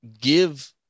give